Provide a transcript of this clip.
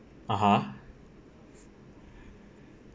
(uh huh)